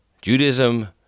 Judaism